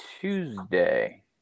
Tuesday